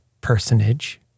personage